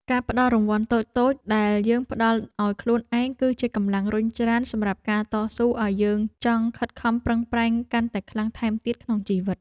ការផ្ដល់រង្វាន់តូចៗដែលយើងផ្ដល់ឱ្យខ្លួនឯងគឺជាកម្លាំងរុញច្រានសម្រាប់ការតស៊ូឱ្យយើងចង់ខិតខំប្រឹងប្រែងកាន់តែខ្លាំងថែមទៀតក្នុងជីវិត។